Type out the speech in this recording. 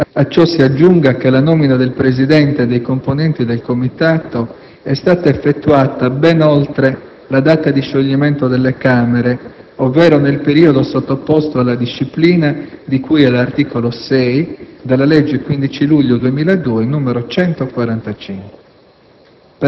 A ciò si aggiunga che la nomina del presidente e dei componenti del comitato è stata effettuata ben oltre la data di scioglimento delle Camere, ovvero nel periodo sottoposto alla disciplina di cui all'articolo 6 della legge 15 luglio 2002, n. 145.